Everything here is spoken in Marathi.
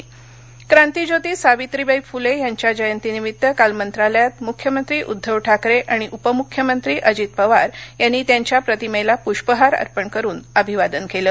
सावित्रीवाई फले जयंती क्रांतीज्योती सावित्रीबाई फुले यांच्या जयंतीनिमित्त काल मंत्रालयात मुख्यमंत्री उद्धव ठाकरे आणि उपमुख्यमंत्री अजित पवार यांनी त्यांच्या प्रतिमेला पूष्पहार अर्पण करून अभिवादन केलं